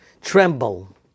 tremble